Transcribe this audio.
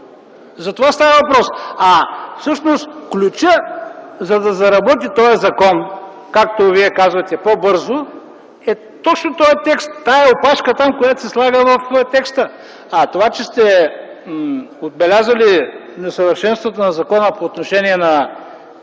За това става въпрос. А всъщност ключът, за да заработи този закон по-бързо, както Вие казвате, е точно този текст, тази опашка, която се слага в текста. Това, че сте отбелязали несъвършенството на закона по отношение на